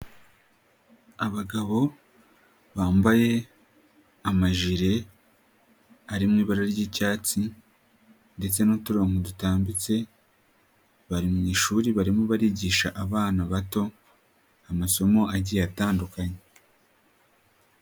Abagabo bambaye amajire arimo ibara ry'icyatsi ndetse n'uturongo dutambitse bari mu ishuri barimo barigisha abana bato amasomo agiye atandukanye.